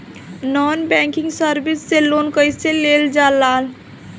Non banking service से loan कैसे लेल जा ले?